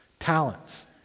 Talents